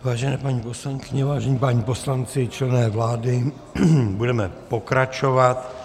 Vážené paní poslankyně, vážení páni poslanci, členové vlády, budeme pokračovat.